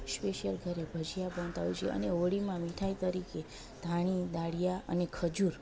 special ઘરે ભજીયા બનતા હોય છે અને હોળીમાં મીઠાઈ તરીકે ધાણી દાળિયા અને ખજૂર